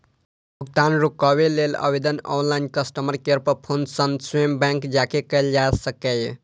भुगतान रोकै लेल आवेदन ऑनलाइन, कस्टमर केयर पर फोन सं स्वयं बैंक जाके कैल जा सकैए